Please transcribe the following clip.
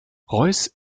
reuß